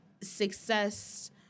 success